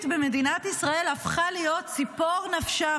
במדינת ישראל הפכה להיות ציפור נפשם,